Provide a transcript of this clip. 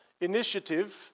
initiative